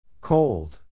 Cold